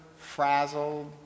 frazzled